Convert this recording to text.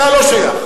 אתה לא שייך.